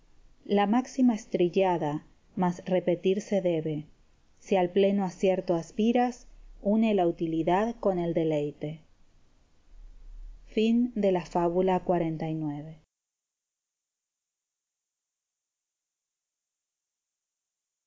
la máxima estrellada más repetirse debe si al pleno acierto aspiras une la utilidad con el deleite fábula l